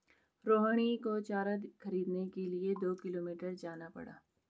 रोहिणी को चारा खरीदने के लिए दो किलोमीटर जाना पड़ा